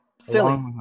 silly